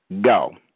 Go